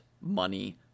money